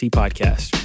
podcast